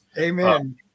Amen